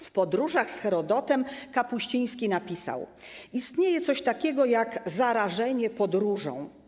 W ˝Podróżach z Herodotem˝ Kapuściński napisał: Istnieje coś takiego jak zarażenie podróżą.